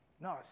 no